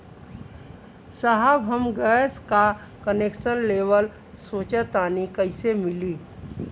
साहब हम गैस का कनेक्सन लेवल सोंचतानी कइसे मिली?